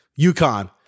UConn